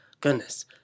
goodness